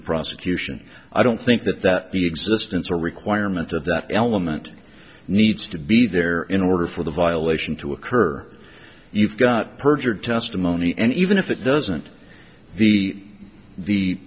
the prosecution i don't think that that the existence or requirement of that element needs to be there in order for the violation to occur you've got perjured testimony and even if it doesn't the the